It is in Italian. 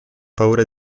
paura